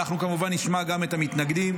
אנחנו כמובן נשמע גם את המתנגדים,